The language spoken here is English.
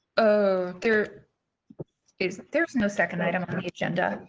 ah there is, there's no second item on the agenda.